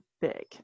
big